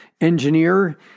engineer